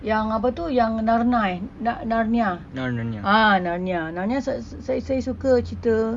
yang apa tu yang narnai nar~ narnia ah narnia saya suka cerita